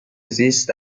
زیست